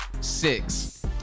Six